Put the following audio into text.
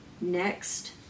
Next